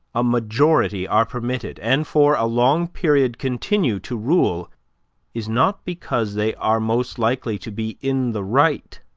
a majority are permitted, and for a long period continue, to rule is not because they are most likely to be in the right,